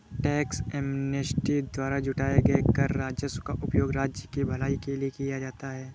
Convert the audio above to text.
tax amnesty द्वारा जुटाए गए कर राजस्व का उपयोग राज्य की भलाई के लिए किया जाता है